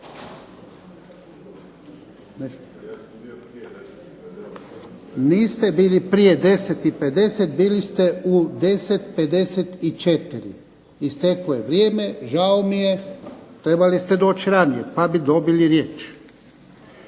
Niste bili prije 10 i 50, bili ste u 10 i 54. Isteklo je vrijeme. Žao mi je. Trebali ste doći ranije pa bi dobili riječ.